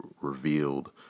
revealed